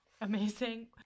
Amazing